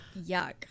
Yuck